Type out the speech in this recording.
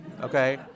okay